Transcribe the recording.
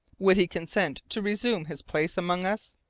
would he consent to resume his place among us?